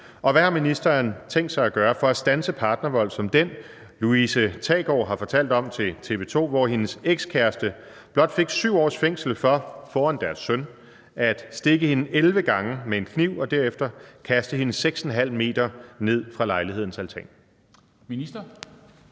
og hvad har ministeren tænkt sig at gøre for at standse partnervold som den, Louise Thagaard har fortalt om til TV 2, hvor hendes ekskæreste blot fik 7 års fængsel for – foran deres søn – at stikke hende 11 gange med en kniv og derefter kaste hende 6,5 meter ned fra lejlighedens altan?